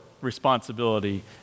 responsibility